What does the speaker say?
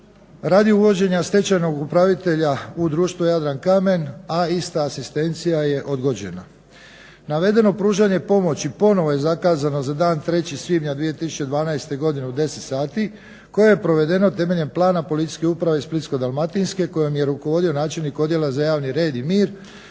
radi uvođenja stečajnog upravitelja u društvo "Jadrankamen", a ista asistencija je odgođena. Navedeno pružanje pomoći ponovo je zakazano za dan 3.svibnja 2012. godine u 10 sati koje je provedeno temeljem plana Policijske uprave Splitsko-dalmatinske kojom je rukovodio načelnik Odjela za javni red i mir